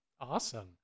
Awesome